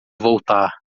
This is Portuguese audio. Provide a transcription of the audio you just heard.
voltar